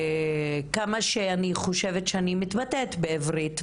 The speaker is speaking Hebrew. שכמה שאני חושבת שאני מתבטאת היטב בעברית,